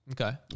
Okay